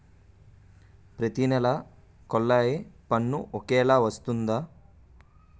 ప్రతి నెల కొల్లాయి పన్ను ఒకలాగే వస్తుందా?